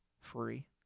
free